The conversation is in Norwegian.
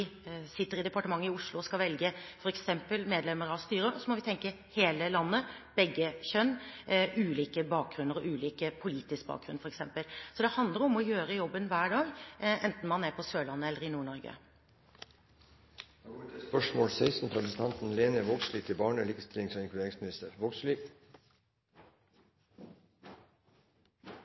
sitter i departementet i Oslo og skal velge f.eks. medlemmer av styrer, må vi tenke hele landet, begge kjønn og ulike bakgrunner – ulik politisk bakgrunn, f.eks. Det handler om å gjøre jobben hver dag, enten man er på Sørlandet eller i Nord-Norge. «Statsråd Horne har uttalt seg i ulike retningar når det gjeld likestilling. Me har til